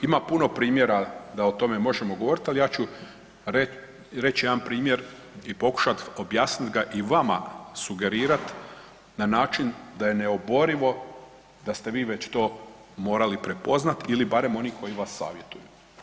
Ima puno primjera da o tome možemo govoriti, ali ja ću reći jedan primjer i pokušati objasniti ga i vama sugerirati na način da je neoborivo da ste vi već to morali prepoznati ili barem oni koji vas savjetuju.